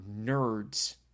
nerds